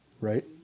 right